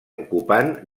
ocupant